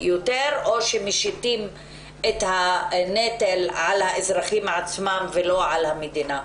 או שמשיתים את הנטל על האזרחים עצמם ולא על המדינה.